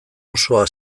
osoa